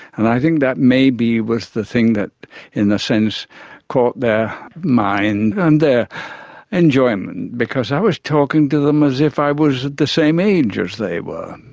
and i think that maybe was the thing that in a sense caught their mind and their enjoyment, because i was talking to them as if i was at the same age as they were.